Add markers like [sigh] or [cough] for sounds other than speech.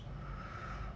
[breath]